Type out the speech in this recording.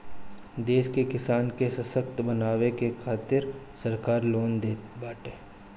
देश के किसान के ससक्त बनावे के खातिरा सरकार लोन देताटे